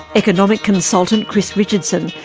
economic consultant, chris richardson,